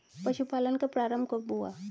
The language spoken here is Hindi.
पशुपालन का प्रारंभ कब हुआ?